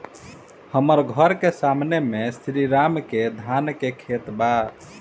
हमर घर के सामने में श्री राम के धान के खेत बा